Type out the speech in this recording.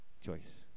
choice